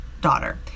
daughter